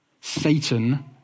Satan